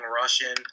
Russian